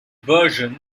version